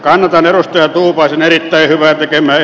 rantanen ja turvasi näyttäytyvät emme